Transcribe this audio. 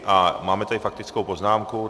A máme tady faktickou poznámku.